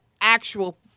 actual